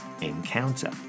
encounter